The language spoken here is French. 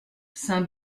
saint